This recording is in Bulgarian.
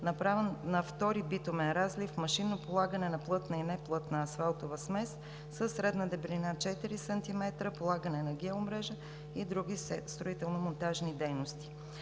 настилка на втори битумен разлив, машинно полагане на плътна и неплътна асфалтова смес със средна дебелина 4 см, полагане на геомрежа и други строително-монтажни дейности.